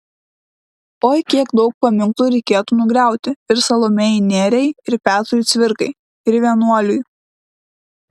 oi kiek daug paminklų reikėtų nugriauti ir salomėjai nėriai ir petrui cvirkai ir vienuoliui